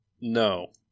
no